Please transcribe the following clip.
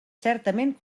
certament